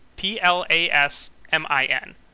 p-l-a-s-m-i-n